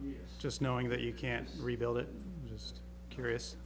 years just knowing that you can't rebuild it i'm just curious